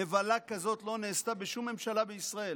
נבלה כזאת לא נעשתה בשום ממשלה בישראל,